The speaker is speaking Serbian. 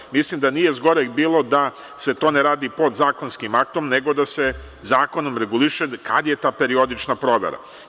Dakle, mislim da nije zgoreg bilo da se to ne radi podzakonskim aktom, nego da se zakonom reguliše kada je ta periodična provera.